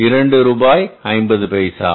2 ரூபாய் மற்றும் 50 பைசா